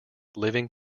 living